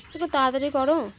একটু তাড়াতাড়ি করো